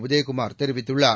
உதயகுமார் தெரிவித்துள்ளார்